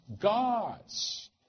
Gods